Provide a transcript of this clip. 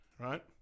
Right